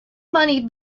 money